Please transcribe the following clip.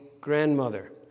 grandmother